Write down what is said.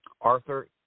Arthur